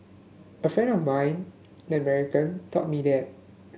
a friend of mine an American taught me that